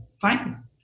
fine